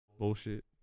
Bullshit